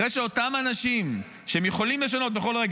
אחרי שאותם אנשים שיכולים לשנות בכל רגע